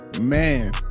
Man